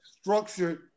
structured